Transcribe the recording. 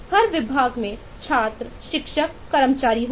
हर विभाग मैं छात्र शिक्षक कर्मचारि होंगे